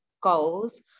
goals